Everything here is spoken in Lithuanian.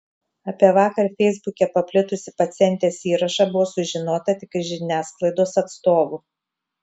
apie vakar feisbuke paplitusį pacientės įrašą buvo sužinota tik iš žiniasklaidos atstovų